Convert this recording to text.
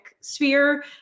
sphere